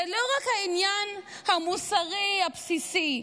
זה לא רק העניין המוסרי הבסיסי,